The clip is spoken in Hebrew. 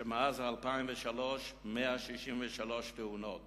שמאז 2003 היו בו 163 תאונות